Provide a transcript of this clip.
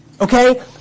okay